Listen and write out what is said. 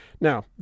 now